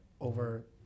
over